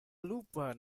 lupa